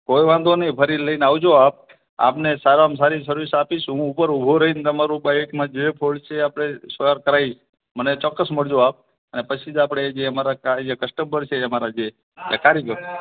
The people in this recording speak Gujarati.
કોઈ વાંધો નહીં ફરી લઈને આવજો આપ આપને સારામાં સારી સર્વિસ આપીશું હું ઉભો રહી તમારું બાઇકમાં જે ફૉલ્ટ છે એ આપણે સોલ્વ કરાવીએ મને ચોક્કસ મળજો આપ અને પછી જ આપણે જે અમારા જે કસ્ટમર છે અમારા જે એટલે કારીગર